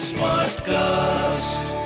Smartcast